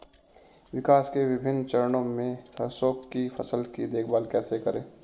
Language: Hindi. विकास के विभिन्न चरणों में सरसों की फसल की देखभाल कैसे करें?